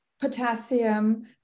potassium